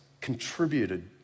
contributed